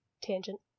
Tangent